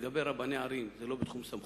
לגבי רבני ערים, זה לא בתחום סמכותי.